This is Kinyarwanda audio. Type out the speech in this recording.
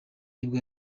nibwo